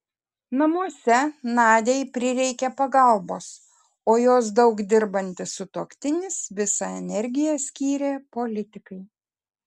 namuose nadiai prireikė pagalbos o jos daug dirbantis sutuoktinis visą energiją skyrė politikai